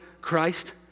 Christ